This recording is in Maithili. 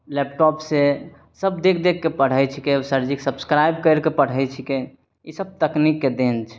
लेपटॉपसँ सब देखि देखिके पढ़य छिकै सरजी सबके सब्स्क्राइब करिके पढ़य छिकै ई सब तकनीकके देन छै